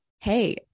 hey